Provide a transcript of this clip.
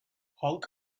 halk